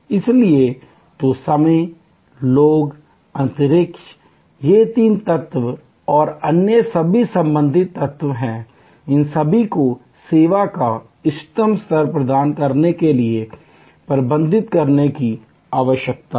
इसलिए तो समय लोग अंतरिक्ष ये तीन तत्व और अन्य सभी संबंधित तत्व हैं इन सभी को सेवा का इष्टतम स्तर प्रदान करने के लिए प्रबंधित करने की आवश्यकता है